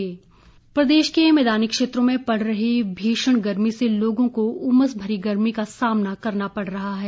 मौसम प्रदेश के मैदानी क्षेत्रों में पड़ रही भीषण गर्मी से लोगों को उमस भरी गर्मी का सामना करना पड़ रहा है